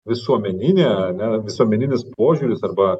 visuomeninė ane visuomeninis požiūris arba